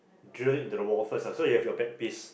drill it into the wall first ah so you have your back piece